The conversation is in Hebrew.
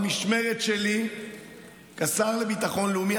במשמרת שלי כשר לביטחון לאומי,